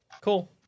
cool